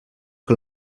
que